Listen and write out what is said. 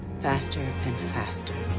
faster and faster.